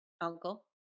uncle